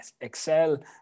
excel